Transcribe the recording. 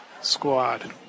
squad